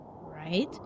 right